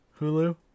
Hulu